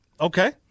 Okay